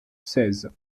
seize